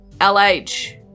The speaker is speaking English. LH